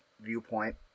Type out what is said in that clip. viewpoint